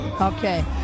Okay